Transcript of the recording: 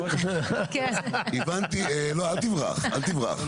לא, אל תברח.